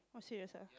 oh serious ah